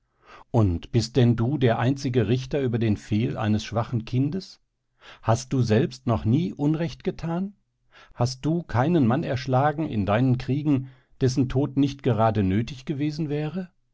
und bist denn du der einzige richter über den fehl eines schwachen kindes hast du selbst noch nie unrecht getan hast du keinen mann erschlagen in deinen kriegen dessen tod nicht gerade nötig gewesen wäre